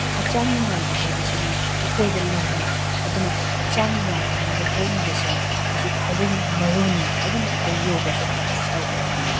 ꯍꯛꯆꯥꯡ ꯅꯨꯡꯉꯥꯏꯕ ꯍꯥꯏꯕꯁꯤꯅ ꯑꯊꯣꯏꯕ ꯂꯟꯅꯤ ꯑꯗꯨꯅ ꯍꯛꯆꯥꯡ ꯅꯨꯡꯉꯥꯏꯍꯟꯅꯕ ꯍꯣꯠꯅꯕꯁꯦ ꯃꯁꯤ ꯈ꯭ꯋꯥꯏꯗꯒꯤ ꯃꯔꯨꯅꯦꯕ ꯑꯗꯨꯅ ꯑꯩꯈꯣꯏ ꯌꯣꯒꯁꯦ ꯄ꯭ꯔꯦꯛꯇꯤꯁ ꯇꯧꯒꯗꯕꯅꯦꯕ